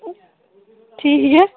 ठीक ऐ